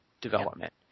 development